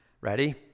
Ready